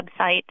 website